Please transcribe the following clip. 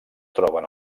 troben